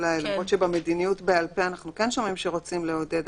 למרות שבמדיניות שבעל פה אנחנו כן שומעים שרוצים לעודד,